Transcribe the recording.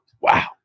Wow